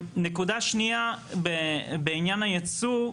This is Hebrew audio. נקודה שנייה בעניין הייצוא,